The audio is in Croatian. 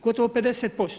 Gotovo 50%